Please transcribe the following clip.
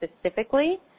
specifically